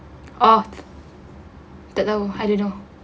off tak tahu lor I don't know